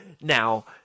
Now